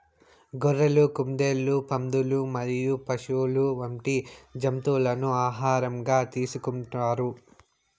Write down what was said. గొర్రెలు, కుందేళ్లు, పందులు మరియు పశువులు వంటి జంతువులను ఆహారంగా తీసుకుంటారు